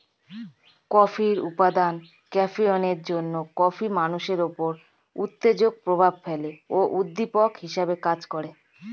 কফির উপাদান ক্যাফিনের জন্যে কফি মানুষের উপর উত্তেজক প্রভাব ফেলে ও উদ্দীপক হিসেবে কাজ করে